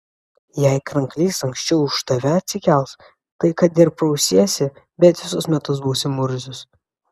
jei kranklys anksčiau už tave atsikels tai kad ir prausiesi bet visus metus būsi murzius